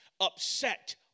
upset